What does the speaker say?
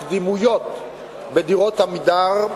הקדימויות בדירות "עמידר"